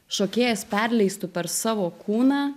šokėjas perleistų per savo kūną